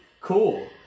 Cool